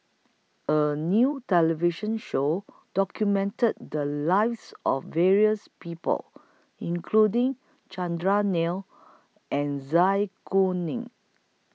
A New television Show documented The Lives of various People including Chandran Nair and Zai Kuning